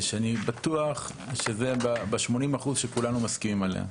שאני בטוח שזה ב-80% שכולנו מסכימים עליו.